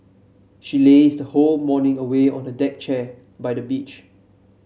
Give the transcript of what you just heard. she lazed the whole morning away on the deck chair by the beach